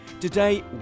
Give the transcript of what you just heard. Today